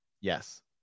yes